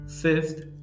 Fifth